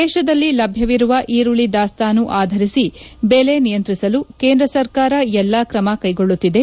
ದೇಶದಲ್ಲಿ ಲಭ್ಯವಿರುವ ಈರುಳ್ಳಿ ದಾಸ್ತಾನು ಆಧರಿಸಿ ಬೆಲೆ ನಿಯಂತ್ರಿಸಲು ಕೇಂದ್ರ ಸರ್ಕಾರ ಎಲ್ಲಾ ಕ್ರಮ ಕೈಗೊಳ್ಳುತ್ತಿದೆ